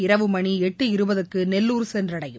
இரவு மணி எட்டு இருபதுக்கு நெல்லூர் சென்றடையும்